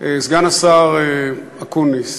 סגן השר אקוניס.